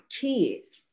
kids